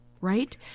Right